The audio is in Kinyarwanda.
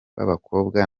b’abakobwa